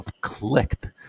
clicked